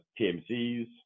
TMCs